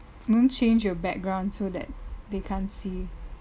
don't change your background so that they can't see